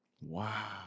Wow